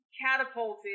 catapulted